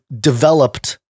developed